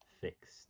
fixed